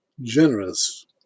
generous